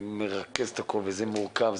זה מרכז את הכול וזה מורכב,